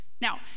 Now